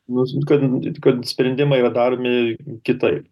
nu kad kad sprendimai yra daromi kitaip